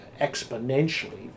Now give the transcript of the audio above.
exponentially